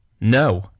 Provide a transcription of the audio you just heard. No